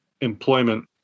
employment